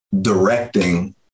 directing